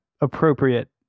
appropriate